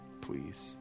Please